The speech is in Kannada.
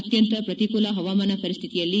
ಅತ್ಯಂತ ಪ್ರತಿಕೂಲ ಹವಾಮಾನ ಪರಿಸ್ನಿತಿಯಲ್ಲಿ